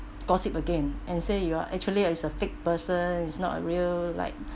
gossip again and say you are actually ah is a fake person is not a real like